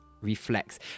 reflex